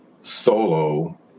solo